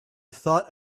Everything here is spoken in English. thought